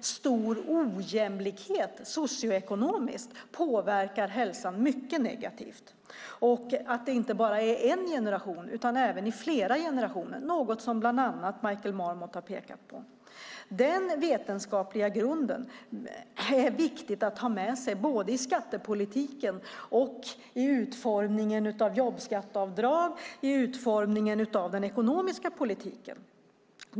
stor ojämlikhet, socioekonomiskt, påverkar hälsan mycket negativt och att det inte bara gäller en generation utan flera generationer, vilket bland annat Michael Marmot har pekat på. Det är viktigt att ha med sig den vetenskapliga grunden både i skattepolitiken och i utformningen av jobbskatteavdrag, i utformningen av den ekonomiska politiken.